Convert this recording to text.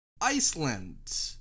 Iceland